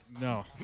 No